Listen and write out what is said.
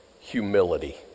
humility